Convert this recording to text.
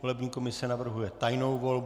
Volební komise navrhuje tajnou volbu.